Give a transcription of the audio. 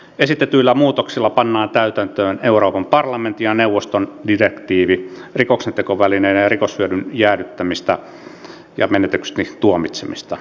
esitetyillä muutoksilla pannaan täytäntöön euroopan parlamentin ja neuvoston direktiivi rikoksentekovälineiden ja rikoshyödyn jäädyttämisestä ja menetetyksi tuomitsemisesta